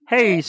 Hey